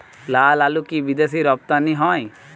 লালআলু কি বিদেশে রপ্তানি হয়?